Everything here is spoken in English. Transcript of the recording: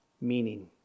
Meaning